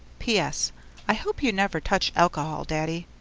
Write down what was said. ps. i hope you never touch alcohol daddy?